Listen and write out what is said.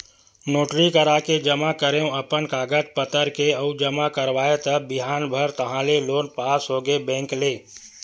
notary कराके जमा करेंव अपन कागज पतर के अउ जमा कराएव त बिहान भर ताहले लोन पास होगे बेंक ले